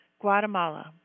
Guatemala